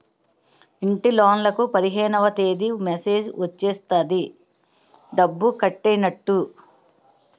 ఇంటిలోన్లకు పదిహేనవ తేదీ మెసేజ్ వచ్చేస్తది డబ్బు కట్టైనట్టు